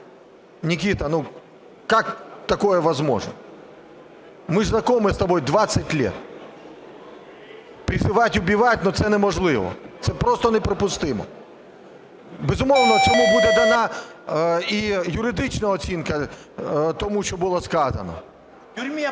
Никита, ну как такое возможно? Мы ж знакомы с тобой 20 лет. Призывать убивать – це неможливо, це просто неприпустимо. Безумовно, цьому буде дана і юридична оцінка, тому, що було сказано.